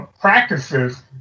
practices